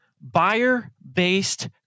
buyer-based